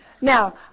Now